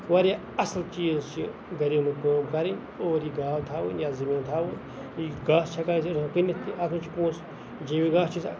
واریاہ اصل چیٖز چھِ گَریلوٗ کٲم کَرٕنۍ اور یہِ گاو تھاوٕنۍ یا زٔمیٖن تھاوُن یہِ گاسہٕ چھِ ہیٚکان أسۍ کٕنِتھ تہِ اَتھ مَنٛز چھُ پونٛسہٕ جٔوی گاسہٕ چھِ أسۍ